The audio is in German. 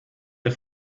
der